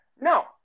No